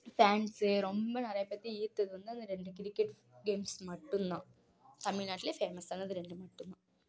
fans ரொம்ப நிறையா பேர்த்தை ஈர்த்தது வந்து அந்த ரெண்டு கிரிக்கெட் கேம்ஸ் மட்டுந்தான் தமிழ்நாட்லேயே ஃபேமஸானது ரெண்டு மட்டுந்தான்